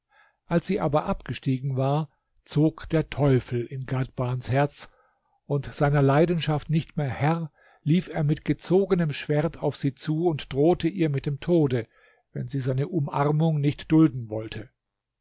als sie aber abgestiegen war zog der teufel in ghadbans herz und seiner leidenschaft nicht mehr herr lief er mit gezogenem schwert auf sie zu und drohte ihr mit dem tode wenn sie seine umarmung nicht dulden wollte